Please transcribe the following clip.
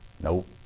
nope